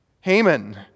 Haman